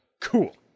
cool